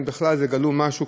אם בכלל זה גלום במשהו,